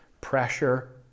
Pressure